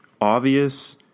obvious